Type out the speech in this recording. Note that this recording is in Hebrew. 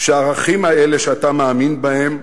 שהערכים האלה, שאתה מאמין בהם,